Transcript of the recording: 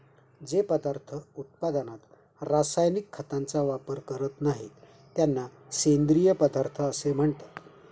जे पदार्थ उत्पादनात रासायनिक खतांचा वापर करीत नाहीत, त्यांना सेंद्रिय पदार्थ असे म्हणतात